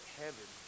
heaven